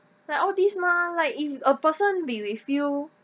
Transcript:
like all these mah like if a person be with you